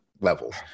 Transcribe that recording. levels